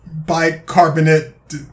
bicarbonate